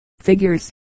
figures